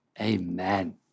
Amen